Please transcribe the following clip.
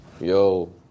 Yo